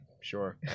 Sure